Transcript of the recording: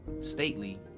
stately